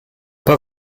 pas